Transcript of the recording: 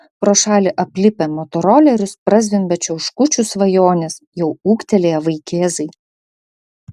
pro šalį aplipę motorolerius prazvimbia čiauškučių svajonės jau ūgtelėję vaikėzai